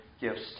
gifts